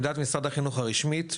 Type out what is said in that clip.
עמדת משרד החינוך הרשמית,